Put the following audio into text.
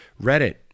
reddit